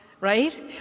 right